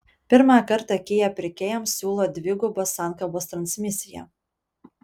pirmą kartą kia pirkėjams siūlo dvigubos sankabos transmisiją